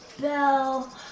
bell